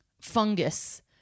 fungus